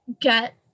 get